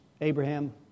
Abraham